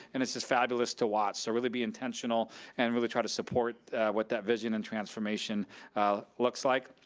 and it's just fabulous to watch. so really be intentional and really try to support what that vision and transformation looks like.